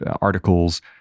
articles